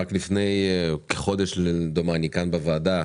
רק לפניי כחודש אישרנו כאן בוועדה